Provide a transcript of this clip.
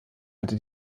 hatte